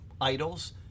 idols